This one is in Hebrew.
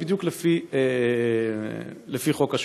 בדיוק לפי חוק השבות.